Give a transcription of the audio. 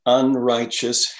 unrighteous